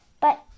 But